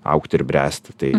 augti ir bręsti tai